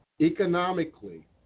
economically